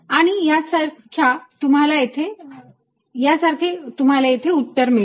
आणि यासारखे तुम्हाला येथे उत्तर मिळते